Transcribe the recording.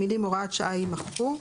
המילים "הוראת שעה" - יימחקו.